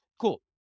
cool